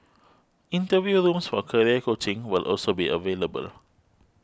interview rooms for career coaching will also be available